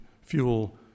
fuel